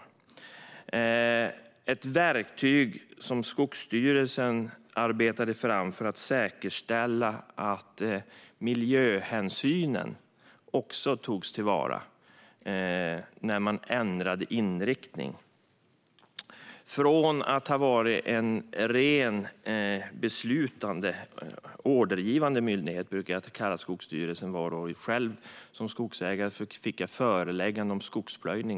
Detta är ett verktyg som Skogsstyrelsen arbetade fram för att säkerställa att miljöhänsynen också togs till vara när man ändrade inriktning från att ha varit en rent beslutande och ordergivande myndighet - det var så jag brukade kalla Skogsstyrelsen. Som skogsägare har jag själv fått föreläggande om skogsplöjning.